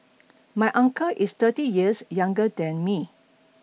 my uncle is thirty years younger than me